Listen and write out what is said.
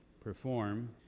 perform